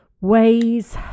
Ways